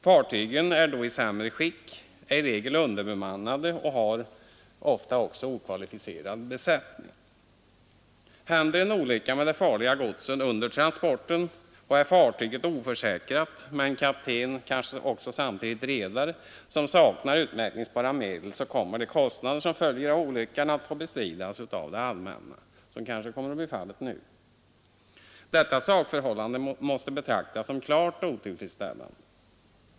Fartygen är då i sämre skick, är i regel underbemannade och har ofta också okvalificerad besättning. Händer det en olycka med det farliga godset under transporten och är fartyget oförsäkrat och kaptenen kanske samtidigt redare och saknar utmätningsbara tillgångar, kommer de kostnader som följer av olyckan att få bestridas av det allmänna, vilket kanske kommer att bli fallet nu. Detta sakförhållande måste betraktas som klart otillfredsställande.